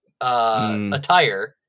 attire